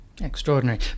Extraordinary